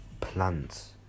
plants